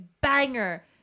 banger